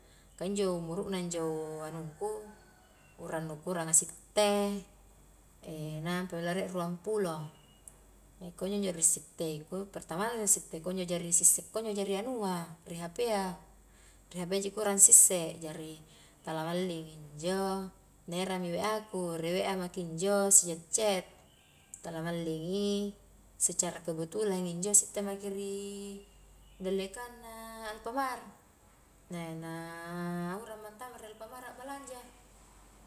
Ka injo umuruna injo anungku, urang nu ku uranga sitte, nampami la rie ruang pulo, kunjojo ri sitteku pertamana nu sitte kunjoja sisse kunjoja ri anua, ri hp a, ri hp a ji ku urang sisse, jari tala malling injo na era mi wa ku, ri wa maki injo si chat-chat, tala mallingi secara kebetulan injo sitte maki ri dallekangna alfamart, na-na urangma antama ri alfamart a' balanja.